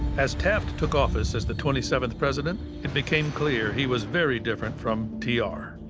as taft took office as the twenty seventh president, it became clear he was very different from t r.